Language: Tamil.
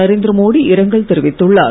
நரேந்திரமோடி இரங்கல் தெரிவித்துள்ளார்